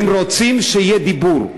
ואם רוצים, שיהיה דיבור.